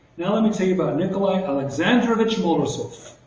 now let me tell you about nikolai alexandrovich morozov.